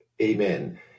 Amen